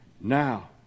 now